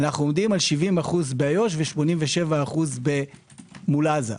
אנו עומדים על 70% באיו"ש ו-87% מול עזה.